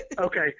Okay